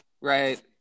Right